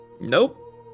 Nope